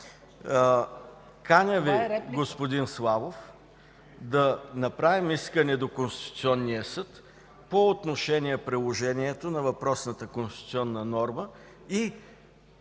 Каня Ви, господин Славов, да направим искане до Конституционния съд по отношение приложението на въпросната конституционна норма.